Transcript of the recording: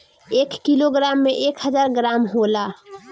एक किलोग्राम में एक हजार ग्राम होला